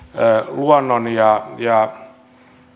luonnon ja ja